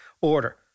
order